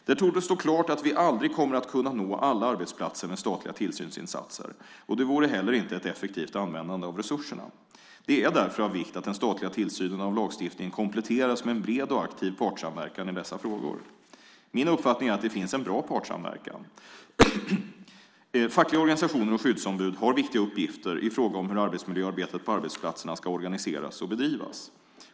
Det torde stå klart att vi aldrig kommer att kunna nå alla arbetsplatser med statliga tillsynsinsatser, och det vore heller inte ett effektivt användande av resurserna. Det är därför av vikt att den statliga tillsynen av lagstiftningen kompletteras med en bred och aktiv partssamverkan i dessa frågor. Min uppfattning är att det finns en bra partssamverkan. Fackliga organisationer och skyddsombud har viktiga uppgifter i fråga om hur arbetsmiljöarbetet på arbetsplatserna ska organiseras och bedrivas.